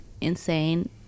insane